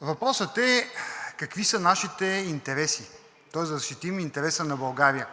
Въпросът е какви са нашите интереси, тоест да защитим интереса на България.